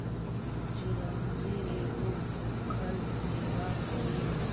चिरौंजी एगो सूखल मेवा हई